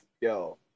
Yo